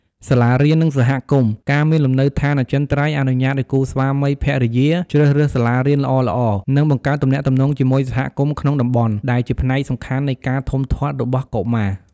សាលារៀន និងសហគមន៍ ការមានលំនៅឋានអចិន្ត្រៃយ៍អនុញ្ញាតឲ្យគូស្វាមីភរិយាជ្រើសរើសសាលារៀនល្អៗ និងបង្កើតទំនាក់ទំនងជាមួយសហគមន៍ក្នុងតំបន់ ដែលជាផ្នែកសំខាន់នៃការធំធាត់របស់កុមារ។